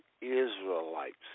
Israelites